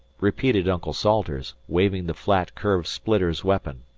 repeated uncle salters, waving the flat, curved splitter's weapon.